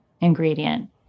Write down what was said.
ingredient